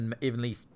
evenly